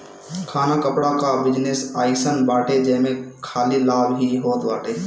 खाना कपड़ा कअ बिजनेस अइसन बाटे जेमे खाली लाभ ही होत बाटे